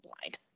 blind